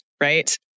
right